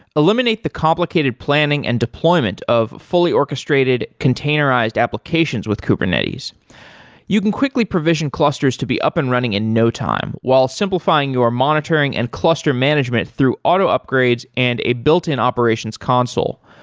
eliminate the complicated planning and deployment of fully orchestrated containerized applications with kubernetes you can quickly provision clusters to be up and running in no time, while simplifying your monitoring and cluster management through auto upgrades and a built-in operations console.